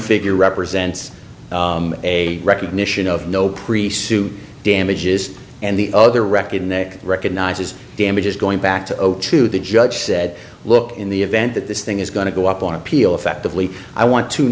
figure represents a recognition of no priest suit damages and the other record in that recognizes damages going back to zero two the judge said look in the event that this thing is going to go up on appeal effectively i want to